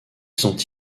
sont